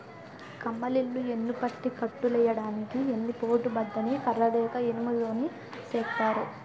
కమ్మలిల్లు యెన్నుపట్టి కట్టులెయ్యడానికి ఎన్ని పోటు బద్ద ని కర్ర లేక ఇనుము తోని సేత్తారు